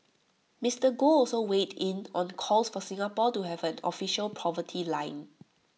Mister Goh also weighed in on calls for Singapore to have an official poverty line